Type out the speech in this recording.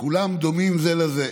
וכולם דומים זה לזה,